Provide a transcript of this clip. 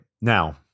Now